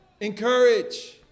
encourage